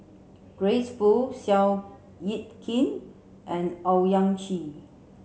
Grace Fu Seow Yit Kin and Owyang Chi